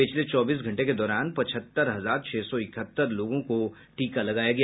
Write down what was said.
पिछले चौबीस घंटे के दौरान पचहत्तर हजार छह सौ इकहत्तर लोगों को टीका लगाया गया